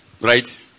right